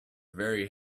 very